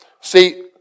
See